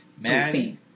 Maddie